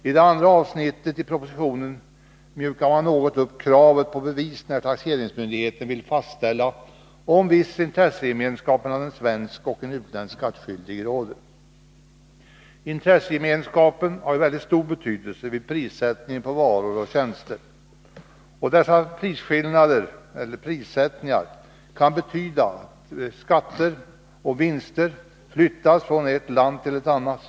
I det andra avsnittet i propositionen mjukar man något upp kravet på bevis när taxeringsmyndigheten vill fastställa om det råder en viss intressegemenskap mellan en svensk och en utländsk skattskyldig. Intressegemenskapen har ju mycket stor betydelse när man sätter pris på varor och tjänster. Prissättningen kan betyda att skatter och vinster flyttas från ett land till ett annat.